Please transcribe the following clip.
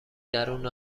درون